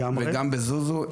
היה ג'ודוקא,